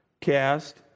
cast